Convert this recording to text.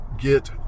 get